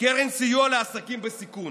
קרן סיוע לעסקים בסיכון,